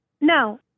No